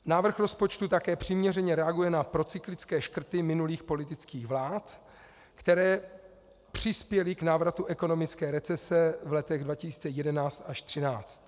Návrh rozpočtu také přiměřeně reaguje na procyklické škrty minulých politických vlád, které přispěly k návratu ekonomické recese v letech 2011 až 2013.